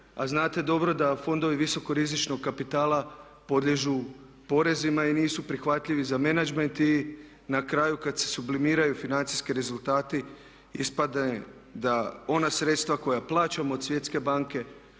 a znate dobro da fondovi visoko rizičnog kapitala podliježu porezima i nisu prihvatljivi za menadžment. I na kraju kad se sublimiraju financijski rezultati ispadne da ona sredstva koja plaćamo do Svjetske banke